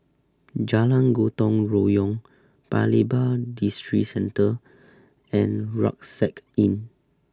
Jalan Gotong Royong Paya Lebar Districentre and Rucksack Inn